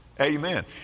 Amen